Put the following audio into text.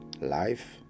life